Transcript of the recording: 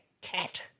cat